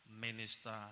minister